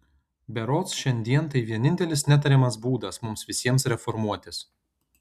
berods šiandien tai vienintelis netariamas būdas mums visiems reformuotis